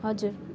हजुर